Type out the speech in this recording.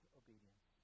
obedience